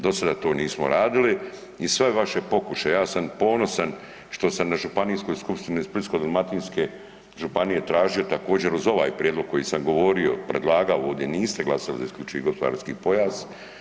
Do sada to nismo radili i sve vaše pokušaje, ja sam ponosan što sam na Županijskoj skupštini Splitsko-dalmatinske županije tražio također uz ovaj prijedlog koji sam govorio, predlagao, ovdje niste glasali za isključivi gospodarski pojas.